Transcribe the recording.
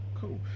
cool